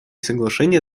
соглашения